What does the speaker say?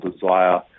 desire